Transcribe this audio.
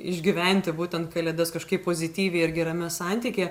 išgyventi būtent kalėdas kažkaip pozityviai ir gerame santykyje